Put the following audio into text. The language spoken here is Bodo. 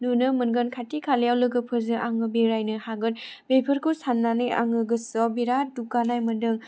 नुनो मोनगोन खाथि खालायाव लोगोफोरजों आङो बेरायनो हागोन बेफोरखौ साननानै आङो गोसोआव बिराद दुगानाय मोनदों